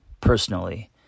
personally